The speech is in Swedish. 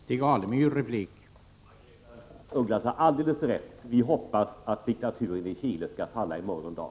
Herr talman! Margaretha af Ugglas har alldeles rätt: vi hoppas att diktaturen i Chile skall falla i morgon dag.